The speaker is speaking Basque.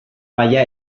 maila